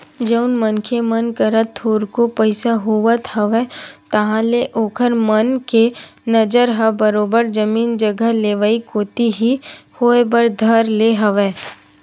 जउन मनखे मन करा थोरको पइसा होवत हवय ताहले ओखर मन के नजर ह बरोबर जमीन जघा लेवई कोती ही होय बर धर ले हवय